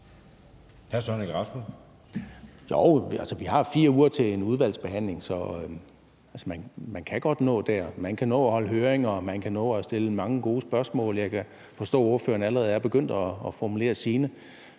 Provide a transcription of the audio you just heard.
Søren Egge Rasmussen (EL): Altså, vi har 4 uger til en udvalgsbehandling, så man kan godt nå det. Man kan godt nå at afholde høringer, og man kan nå at stille mange gode spørgsmål. Jeg kan forstå, at ordføreren allerede er begyndt at formulere sine.